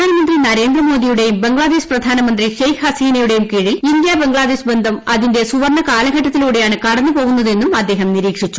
പ്രധാന്യമൃന്തി നരേന്ദ്രമോദിയുടെയും ബംഗ്ലാദേശ് പ്രധാനമന്ത്രി ഷെയ്ക്ക് ഹസീനയുടെയും കീഴിൽ ഇന്ത്യ ബംഗ്ലാദേശ് അതിന്റെ ബന്ധം സുവർണകാലഘട്ടത്തിലൂടെയാണ് കടന്നുപോകുന്നതെന്നും അദ്ദേഹം നിരീക്ഷിച്ചു